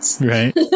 Right